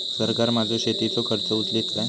सरकार माझो शेतीचो खर्च उचलीत काय?